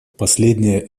последние